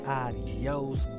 adios